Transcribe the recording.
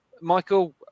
Michael